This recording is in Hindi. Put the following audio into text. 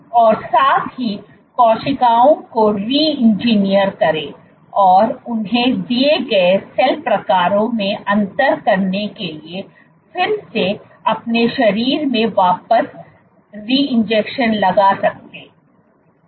और साथ ही कोशिकाओं को रीइंजीनियर करें और उन्हें दिए गए सेल प्रकारों में अंतर करने के लिए फिर से अपने शरीर में वापस रीइंजेक्शन लगा सकें